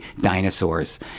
dinosaurs